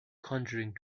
conjuring